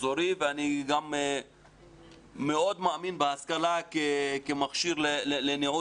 אזורי ואני מאוד מאמין בהשכלה כמכשיר לניוד